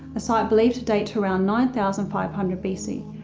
a site believed to date to around nine thousand five hundred bc,